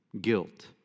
guilt